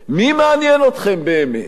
מי מעניין אתכם באמת,